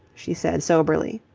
she said soberly.